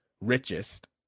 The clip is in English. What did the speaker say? richest